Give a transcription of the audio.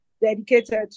dedicated